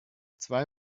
zwei